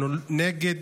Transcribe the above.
אנחנו נגד